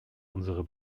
unsere